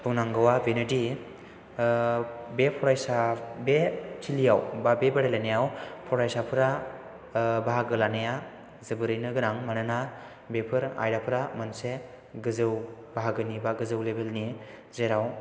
बुंनांगौआ बेनोदि बे फरायसा बे थिलियाव बा बे बादायलायनायाव फरायसाफोरा बाहागो लानाया जोबोरैनो गोनां मानोना बेफोर आयदाफोरा मोनसे गोजौ बाहागोनि बा गोजौ लेबेलनि जेराव